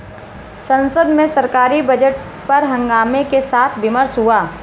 संसद में सरकारी बजट पर हंगामे के साथ विमर्श हुआ